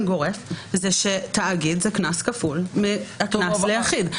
גורף לזה שתאגיד זה קנס כפול מהקנס ליחיד.